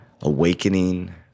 awakening